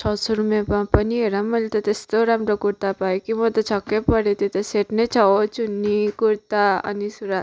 छ सौ रुपियाँमा पनि हेर मैले त त्यस्तो राम्रो कुर्ता पाएँ कि म त छक्कै परेँ त्यो त सेट नै छ हो चुन्नी कुर्ता अनि सुरुवाल